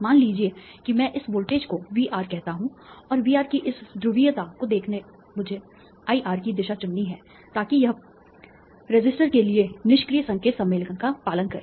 मान लीजिए कि मैं इस वोल्टेज को VR कहता हूं और VR की इस ध्रुवीयता को देखते हुए मुझे IR की दिशा चुननी है ताकि यह रेसिस्टर के लिए निष्क्रिय संकेत सम्मेलन का पालन करे